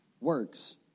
Works